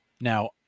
Now